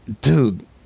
Dude